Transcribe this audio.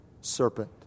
serpent